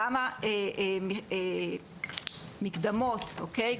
למה מקדמות, אוקיי?